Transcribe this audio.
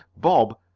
bob,